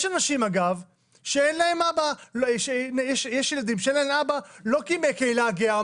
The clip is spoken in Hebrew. יש ילדים שאין להם אבא לא בגלל שהם מהקהילה הגאה,